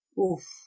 Oof